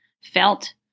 felt